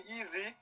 easy